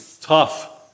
tough